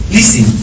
Listen